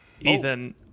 Ethan